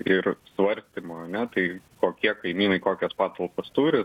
ir su artimu ar ne tai kokie kaimynai kokias patalpas turi